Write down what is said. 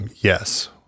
yes